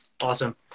Awesome